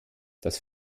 das